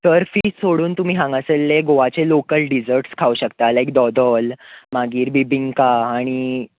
sir fish सोडून तुमी जर हांगासल्ले गोवाचे लोकल डीसर्ट्स खावंक शकतात लायक दोदोल मागीर बिबींका आनी